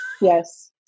Yes